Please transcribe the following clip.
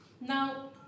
Now